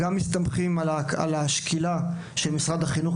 אנחנו גם מסתמכים על השקילה של משרד החינוך,